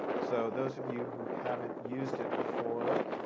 so those of you who haven't used it before,